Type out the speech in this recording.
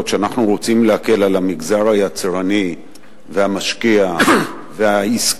שאנחנו רוצים להקל על המגזר היצרני והמשקיע והעסקי,